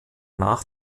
nach